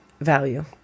value